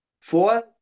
four